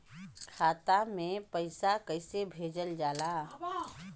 खाता में पैसा कैसे भेजल जाला?